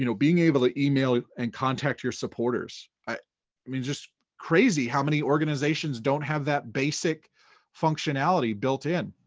you know being able to email and contact your supporters. i mean, just crazy how many organizations don't have that basic functionality built in.